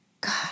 God